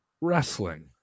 wrestling